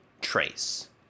trace